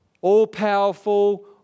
all-powerful